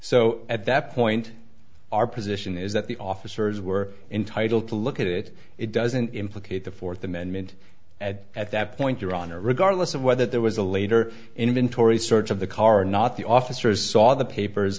so at that point our position is that the officers were entitled to look at it it doesn't implicate the fourth amendment at at that point your honor regardless of whether there was a later inventory search of the car or not the officers saw the papers